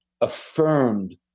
affirmed